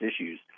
issues